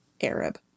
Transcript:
Arab